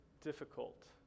difficult